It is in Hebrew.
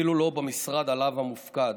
אפילו לא במשרד שעליו הוא מופקד,